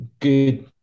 good